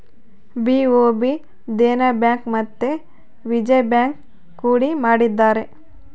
BOB Dena bank ಮತ್ತೆ Vijaya bank ಕೂಡಿ ಮಾಡಿದರೆ